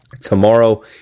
tomorrow